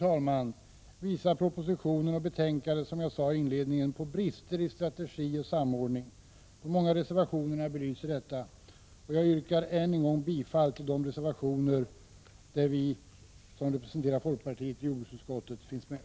Sammantaget visar propositionen och betänkandet, som jag sade i inledningen, på brister i strategi och samordning. De många reservationerna belyser detta. Jag yrkar än en gång bifall till de reservationer där vi som representerar folkpartiet i jordbruksutskottet finns med.